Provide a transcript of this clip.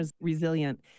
resilient